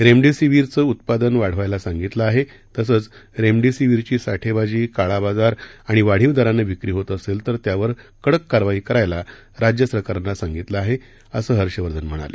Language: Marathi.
रेमडेसीवीरचं उत्पादन वाढवायला सांगितलं आहे तसंच रेमडेसीवीरची साठेबाजी काळाबाजार आणि वाढीव दरानं विक्री होत असेल तर त्यावर कडक कारवाई करायला राज्यसरकारांना सांगितलं आहे असं हर्षवर्धन म्हणाले